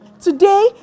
Today